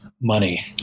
money